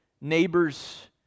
neighbors